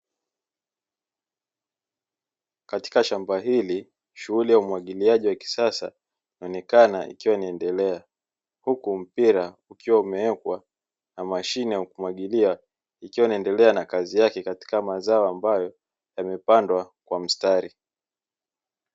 Katika shamba hili shughuli ya umwagiliaji wa kisasa inaonekana ikiwa inaendelea, huku mpira ukiwa umewekwa na mashine ya kumwagilia ikiendelea na kazi yake katika mazao ambayo yamepandwa kwa mistari.